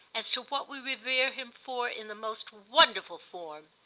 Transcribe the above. as to what we revere him for, in the most wonderful form.